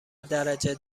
درجه